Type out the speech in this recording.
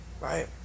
Right